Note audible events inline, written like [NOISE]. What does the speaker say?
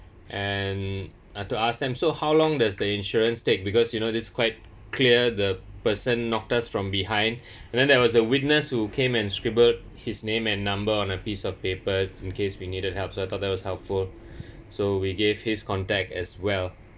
and I'd to ask them so how long does the insurance take because you know this quite clear the person knocked us from behind [BREATH] and then there was a witness who came and scribbled his name and number on a piece of paper in case we needed help so I thought that was helpful so we gave his contact as well